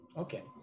Okay